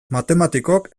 matematikok